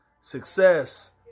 success